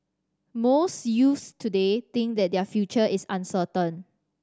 most youths today think that their future is uncertain